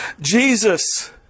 Jesus